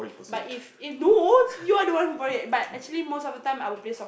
but if if no you are the one who call it but actually most of the time I will play soccer